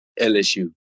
LSU